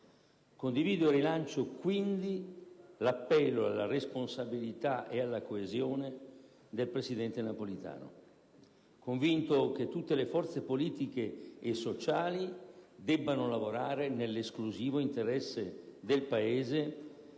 Condivido e rilancio - quindi - l'appello alla responsabilità e alla coesione del presidente Napolitano, convinto che tutte le forze politiche e sociali debbano lavorare nell'esclusivo interesse del Paese,